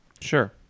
Sure